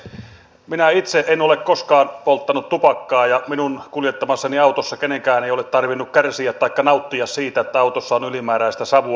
minä itse en ole koskaan polttanut tupakkaa ja minun kuljettamassani autossa kenenkään ei ole tarvinnut kärsiä taikka nauttia siitä että autossa on ylimääräistä savua